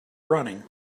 running